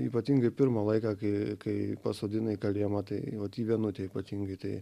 ypatingai pirmą laiką kai kai pasodina į kalėjimą tai vat į vienutę ypatingai tai